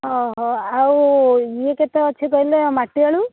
ଅ ହୋ ଆଉ ୟେ କେତେ ଅଛି କହିଲେ ମାଟିଆଳୁ